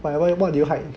whatever what did you hide